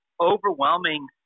overwhelming